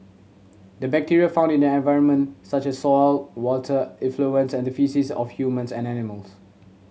the bacteria found in the environment such as soil water effluents and the faces of humans and animals